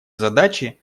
задачи